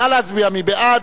נא להצביע, מי בעד?